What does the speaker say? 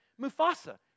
Mufasa